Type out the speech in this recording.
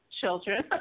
children